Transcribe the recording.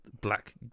black